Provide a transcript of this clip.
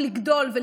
ילדיו,